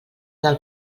del